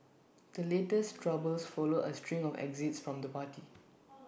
the latest troubles follow A string of exits from the party